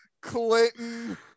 Clinton